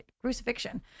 crucifixion